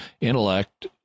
intellect